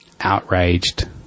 outraged